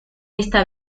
esta